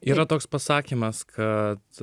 yra toks pasakymas kad